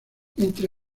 entre